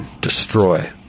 destroy